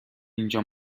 اینجا